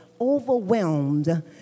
overwhelmed